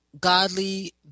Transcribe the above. godly